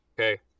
okay